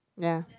ya